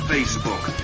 Facebook